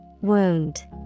Wound